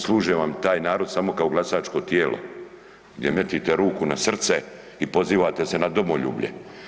Služe vam, taj narod samo kao glasačko tijelo gdje metite ruku na srce i pozivate se na domoljublje.